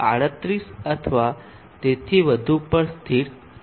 2 પર એકદમ સ્થિર છે